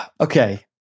Okay